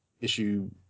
issue